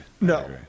No